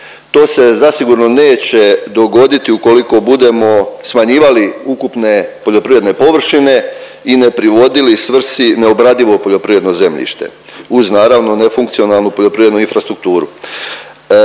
To se zasigurno neće dogoditi ukoliko budemo smanjivali ukupne poljoprivredne površine i ne privodili svrsi neobradivo poljoprivredno zemljište uz naravno nefunkcionalnu poljoprivrednu infrastrukturu.